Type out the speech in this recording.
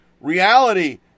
Reality